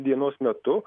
dienos metu